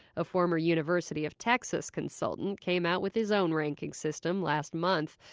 a former university of texas consultant came out with his own ranking system last month.